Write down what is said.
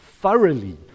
thoroughly